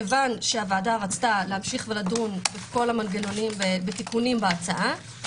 כיוון שהוועדה רצתה להמשיך לדון בכל המנגנונים בתיקונים בהצעה,